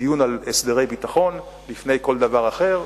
דיון על הסדרי ביטחון לפני כל דבר אחר,